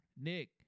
Nick